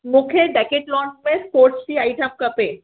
मूंखे डेकेथलॉन में स्पोर्ट्स जी आइटम खपे